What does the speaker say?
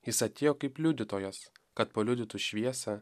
jis atėjo kaip liudytojas kad paliudytų šviesą